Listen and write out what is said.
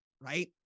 Right